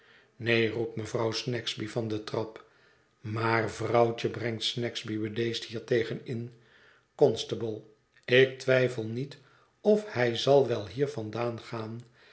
neen roept jufvrouw snagsby van de trap maar vrouwtje brengt snagsby bedeesd hiertegen in constable ik twijfel niet of hij zal wel hier vandaan gaan